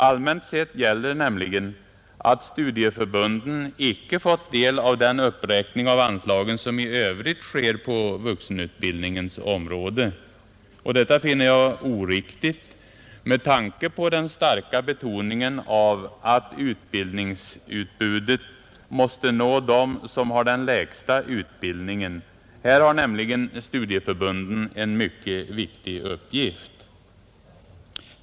Allmänt sett gäller nämligen att studieförbunden icke fått del av den uppräkning av anslagen som i övrigt sker på vuxenutbildningens område, Detta finner jag oriktigt med tanke på den starka betoningen av att utbildningsutbudet måste nå dem som har den lägsta utbildningen. Här har nämligen studieförbunden en mycket viktig uppgift.